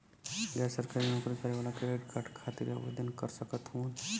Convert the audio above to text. गैर सरकारी नौकरी करें वाला क्रेडिट कार्ड खातिर आवेदन कर सकत हवन?